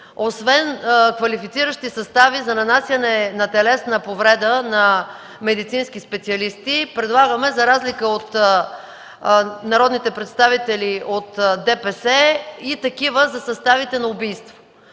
освен квалифициращи състави за нанасяне на телесна повреда на медицински специалисти предлагаме, за разлика от народните представители от ДПС, и такива за съставите на убийство.